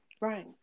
right